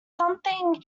something